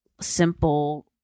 simple